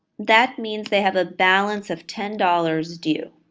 that means they have a balance of ten dollars due.